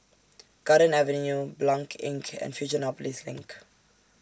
Garden Avenue Blanc Inn and Fusionopolis LINK